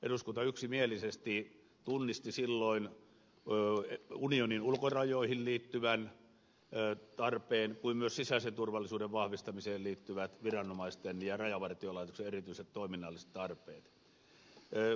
eduskunta tunnisti silloin yksimielisesti niin unionin ulkorajoihin liittyvän tarpeen kuin myös sisäisen turvallisuuden vahvistamiseen liittyvät viranomaisten ja rajavartiolaitoksen erityiset toiminnalliset tarpeet